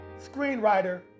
screenwriter